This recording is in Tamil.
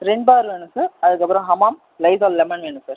ரின் பார் வேணும் சார் அதுக்கப்புறம் ஹமாம் லைஸால் லெமன் வேணும் சார்